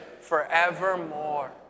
forevermore